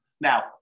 Now